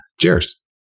Cheers